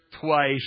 twice